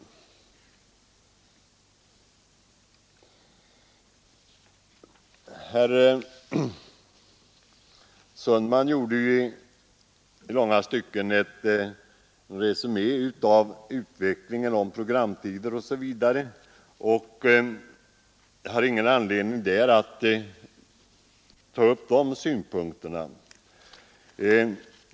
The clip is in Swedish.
Herr Sundman gjorde ju i långa stycken en resumé av utvecklingen i fråga om programtider osv., och jag har ingen anledning att gå in på dessa synpunkter.